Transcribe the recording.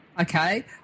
Okay